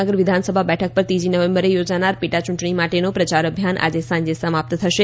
નગર વિધાનસભા બેઠક પર ત્રીજી નવેમ્બરે યોજાનાર પેટાચૂંટણી માટેનો પ્રચાર અભિયાન આજે સાંજે સમાપ્ત થશે